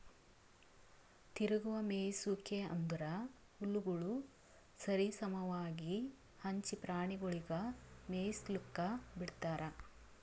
ತಿರುಗುವ ಮೇಯಿಸುವಿಕೆ ಅಂದುರ್ ಹುಲ್ಲುಗೊಳ್ ಸರಿ ಸಮವಾಗಿ ಹಂಚಿ ಪ್ರಾಣಿಗೊಳಿಗ್ ಮೇಯಿಸ್ಲುಕ್ ಬಿಡ್ತಾರ್